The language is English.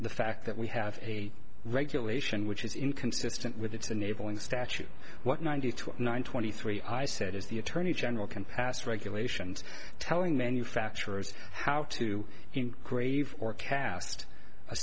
the fact that we have a regulation which is inconsistent with its enabling statute what ninety two nine twenty three i said is the attorney general can pass regulations telling manufacturers how to in grave or cast a